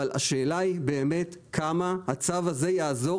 אבל השאלה היא באמת כמה הצו הזה יעזור